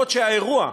אף שהאירוע,